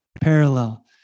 parallel